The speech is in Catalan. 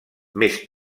més